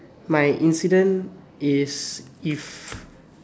my incident is if